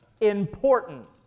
important